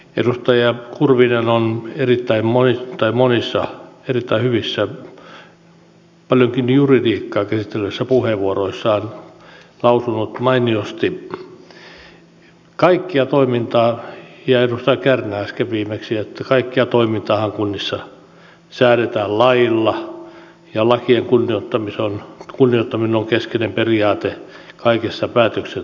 edustaja kurvinen on monissa erittäin hyvissä paljonkin juridiikkaa käsittelevissä puheenvuoroissaan lausunut mainiosti ja edustaja kärnä äsken viimeksi että kaikkea toimintaahan kunnissa säädetään laeilla ja lakien kunnioittaminen on keskeinen periaate kaikessa päätöksenteossa